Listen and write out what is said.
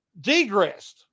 degressed